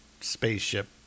spaceship